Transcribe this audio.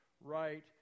right